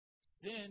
Sin